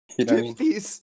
50s